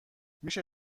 میشه